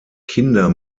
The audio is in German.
kinder